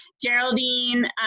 Geraldine